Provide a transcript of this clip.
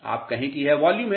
आप कहें कि यह वॉल्यूम है